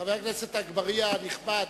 חבר הכנסת אגבאריה הנכבד,